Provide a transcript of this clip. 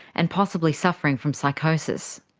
and possibly suffering from psychosis.